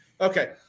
Okay